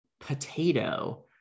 potato